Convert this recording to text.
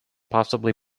possibly